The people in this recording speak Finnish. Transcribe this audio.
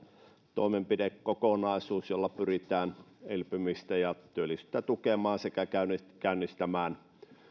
toimenpidekokonaisuus jolla pyritään elpymistä ja työllisyyttä tukemaan sekä käynnistämään